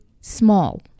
small